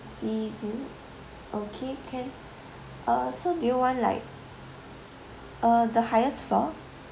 sea view okay can uh so do you want like uh the highest floor